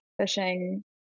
fishing